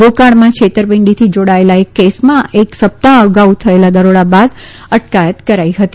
રોકાણમાં છેતરપીંડીથી જાડાયેલા એક કેસમાં એક સપ્તાહ અગાઉ થયેલા દરોડા બાદ અટકાયત કરાઈ હતી